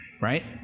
Right